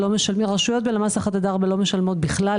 רשויות בלמ"ס 1 עד 4 לא משלמות בכלל.